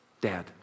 Dad